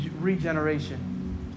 regeneration